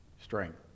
strength